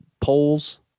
polls